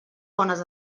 bones